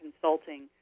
consulting